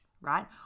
right